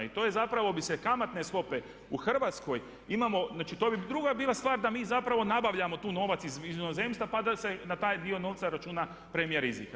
I to je zapravo bi se kamatne stope u Hrvatskoj, imamo, znači to bi druga bila stvar da mi zapravo nabavljamo tu novac iz inozemstva pa da se na taj dio novca računa premija rizika.